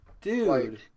Dude